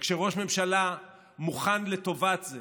וכשראש ממשלה מוכן לטובת זה